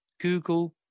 google